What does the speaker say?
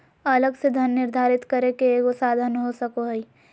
अलग से धन निर्धारित करे के एगो साधन हो सको हइ